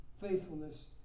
faithfulness